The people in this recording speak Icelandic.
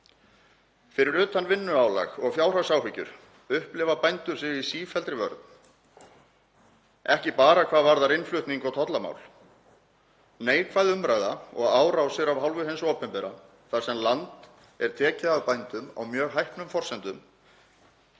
Fyrir utan vinnuálag og fjárhagsáhyggjur upplifa bændur sig í sífelldri vörn, ekki bara hvað varðar innflutning og tollamál, heldur er einnig neikvæð umræða og árásir af hálfu hins opinbera þar sem land er tekið af bændum á mjög hæpnum forsendum,